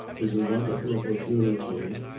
is a wonderful opportunity